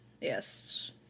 Yes